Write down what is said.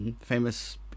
famous